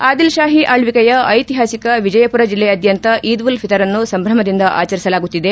ಆದಿಲ್ ಶಾಹಿ ಆಳ್ವಕೆಯ ಐತಿಹಾಸಿಕ ವಿಜಯಪುರ ಜಿಲ್ಲೆಯಾದ್ದಂತ ಈದ್ ಉಲ್ ಫಿತರ್ನ್ನು ಸಂಭ್ರಮದಿಂದ ಆಚರಿಸಲಾಗುತ್ತಿದೆ